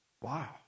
Wow